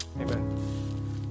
Amen